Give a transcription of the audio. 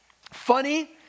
funny